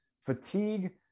fatigue